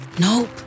Nope